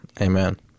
Amen